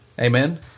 Amen